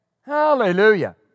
Hallelujah